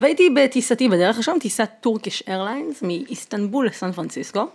והייתי בטיסתי בדרך לשם, טיסת טורקיש אייר ליינס, מאיסטנבול לסן פרנסיסקו.